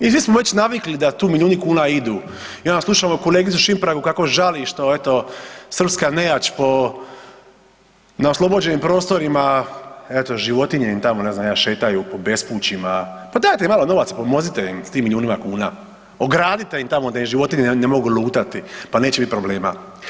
I svi smo već navikli da tu milijuni kuna idu i onda slušamo kolegicu Šimpragu kako žali što eto srpska nejać po na oslobođenim prostorima eto životinje im tamo ne znam ni ja šetaju po bespućima, pa dajte im malo novaca, pomozite im s tim milijunima kuna, ogradite im tamo da im životinje ne mogu lutati pa neće biti problema.